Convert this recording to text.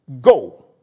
Go